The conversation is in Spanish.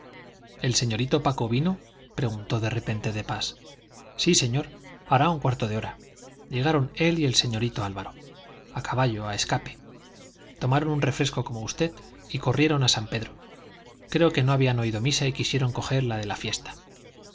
el señorito paco vino preguntó de repente de pas sí señor hará un cuarto de hora llegaron él y el señorito álvaro a caballo a escape tomaron un refresco como usted y corrieron a san pedro creo que no habían oído misa y quisieron coger la de la fiesta